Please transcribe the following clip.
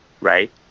right